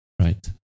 right